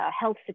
health